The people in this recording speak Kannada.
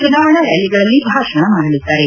ಚುನಾವಣಾ ರ್ನಾಲಿಗಳಲ್ಲಿ ಭಾಷಣ ಮಾಡಲಿದ್ದಾರೆ